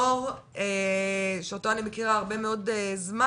אור שאותו אני מכירה הרבה מאוד זמן,